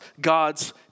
God's